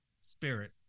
spirit